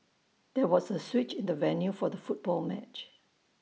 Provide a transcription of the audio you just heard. there was A switch in the venue for the football match